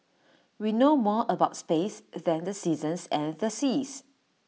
we know more about space than the seasons and the seas